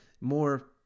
more